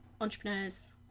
entrepreneurs